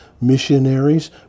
missionaries